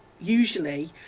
usually